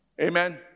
Amen